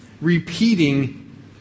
repeating